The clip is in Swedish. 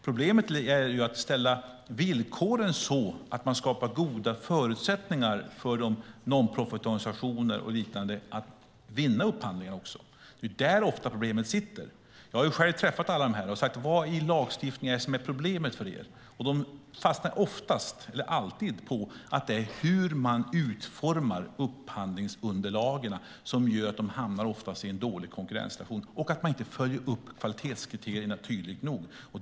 Problemet är att ställa villkoren så att man skapar goda förutsättningar för non-profit-organisationer och liknande att vinna upphandlingen. Det är ofta där problemet sitter. Jag har själv träffat företrädare för dessa organisationer och sagt: Vad i lagstiftningen är det som är problemet för er? De fastnar alltid på att utformningen av upphandlingsunderlagen gör att de oftast hamnar i en dålig konkurrenssituation samt på att man inte följer upp kvalitetskriterierna tillräckligt tydligt.